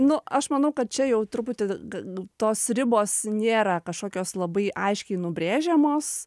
nu aš manau kad čia jau truputį nu tos ribos nėra kažkokios labai aiškiai nubrėžiamos